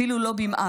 אפילו לא מעט.